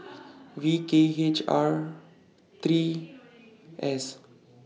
V K H R three S